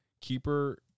Keeper